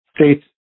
states